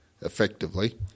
effectively